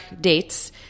dates